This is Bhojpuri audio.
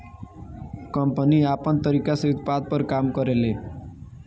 कम्पनी आपन तरीका से उत्पाद पर काम करेले